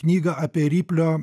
knygą apie riplio